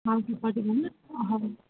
ভাল পেপাৰ দিব নে অঁ হ'ব